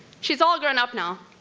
she's all grown up now,